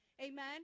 Amen